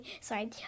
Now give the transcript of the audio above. sorry